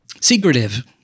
secretive